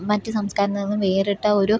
മറ്റു സംസ്കാരത്തിൽ നിന്നും വേറിട്ട ഒരു